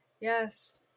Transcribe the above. yes